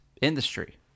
industry